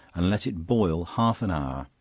and let it boil half an hour,